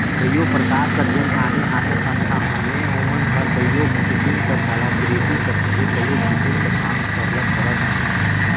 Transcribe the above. कइयो परकार कर जेन आने आने संस्था हवें ओमन हर कइयो किसिम कर कलाकृति कर संघे कइयो किसिम कर काम सरलग करत अहें